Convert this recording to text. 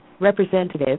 Representative